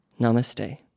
Namaste